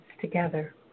together